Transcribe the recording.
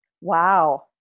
Wow